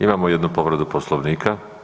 Imamo jednu povredu Poslovnika.